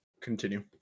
continue